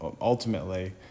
ultimately